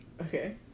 Okay